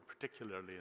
particularly